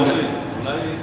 אורלי,